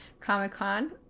Comic-Con